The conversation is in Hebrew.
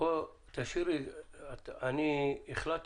אני החלטתי,